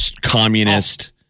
communist